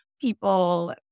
people